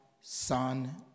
Son